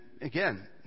again